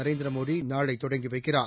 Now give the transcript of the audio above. நரேந்திரமோடிநாளைதொடங்கிவைக்கிறார்